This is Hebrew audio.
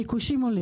הביקושים עולים.